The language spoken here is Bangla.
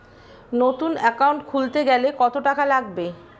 নতুন একাউন্ট খুলতে গেলে কত টাকা লাগবে?